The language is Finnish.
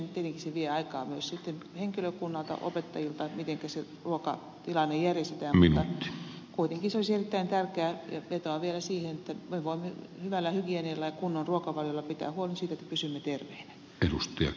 tietenkin se vie aikaa myös sitten henkilökunnalta opettajilta mitenkä se ruokatilanne järjestetään mutta kuitenkin se olisi erittäin tärkeää ja vetoan vielä siihen että me voimme hyvällä hygienialla ja kunnon ruokavaliolla pitää huolen siitä että pysymme terveinä